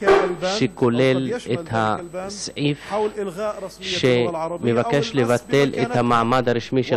שכולל את הסעיף שמבקש לבטל את המעמד הרשמי של